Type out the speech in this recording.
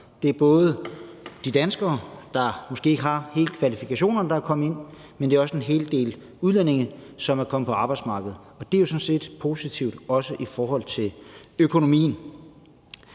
Det er både de danskere, der måske ikke helt har kvalifikationerne, som er kommet ind på arbejdsmarkedet, men det er også en hel del udlændinge, som er kommet ind på arbejdsmarkedet. Det er sådan set positivt også i forhold til økonomien.